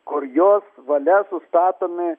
kur jos valia sustatomi